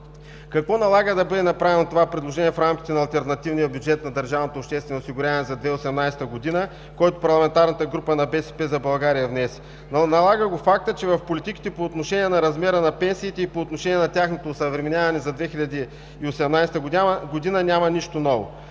Какво налага да бъде направено това предложение в рамките на алтернативния бюджет на държавното обществено осигуряване за 2018 г., който Парламентарната група на „БСП за България“ внесе? Налага го фактът, че в политиките по отношение на размера на пенсиите и по отношение на тяхното осъвременяване за 2018 г. няма нищо ново,